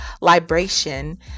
libration